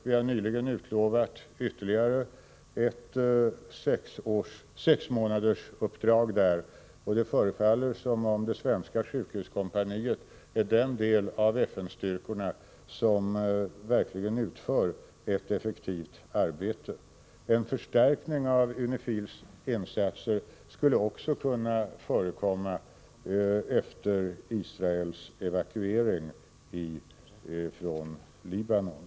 Vi har nyligen utlovat ytterligare ett sex månaders uppdrag där, och det förefaller som om det svenska sjukhuskompaniet är den del av FN-styrkorna som verkligen utför ett effektivt arbete. En förstärkning av UNIFIL:s insatser skulle också kunna förekomma efter Israels evakuering från Libanon.